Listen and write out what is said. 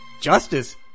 Justice